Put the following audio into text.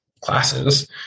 classes